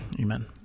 Amen